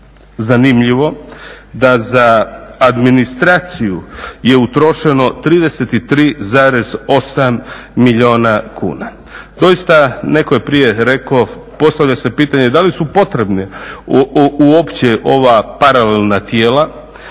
zanimljivo, da za administraciju je utrošeno 33,8 milijuna kuna. Doista, neko je prije rekao, postavlja se pitanje da li potrebne uopće ova paralelna tijela